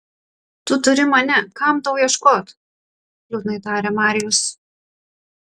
tu turi mane kam tau ieškot liūdnai tarė marijus